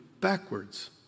backwards